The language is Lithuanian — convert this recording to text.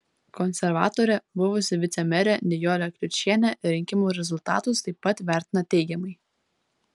konservatorė buvusi vicemerė nijolė kliučienė rinkimų rezultatus taip pat vertina teigiamai